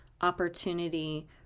opportunity